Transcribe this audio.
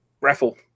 raffle